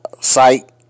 site